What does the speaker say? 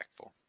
impactful